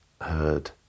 heard